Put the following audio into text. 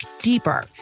deeper